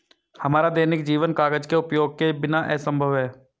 हमारा दैनिक जीवन कागज के उपयोग के बिना असंभव है